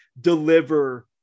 deliver